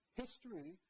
history